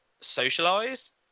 socialize